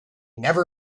never